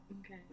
Okay